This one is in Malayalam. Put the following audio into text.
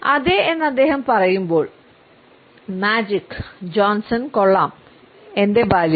അതെ എന്ന് അദ്ദേഹം പറയുമ്പോൾ എന്റെ ബാല്യം